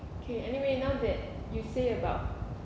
okay anyway now that you say about